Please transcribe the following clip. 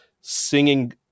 singing